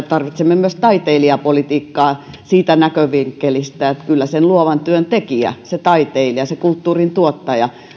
tarvitsemme myös taiteilijapolitiikkaa siitä näkövinkkelistä että kyllä luovan työn tekijä se taiteilija kulttuurin tuottaja